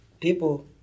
people